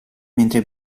mentre